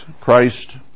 Christ